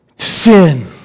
Sin